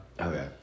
okay